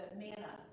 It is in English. manna